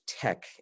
tech